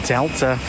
Delta